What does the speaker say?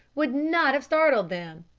would not have startled them.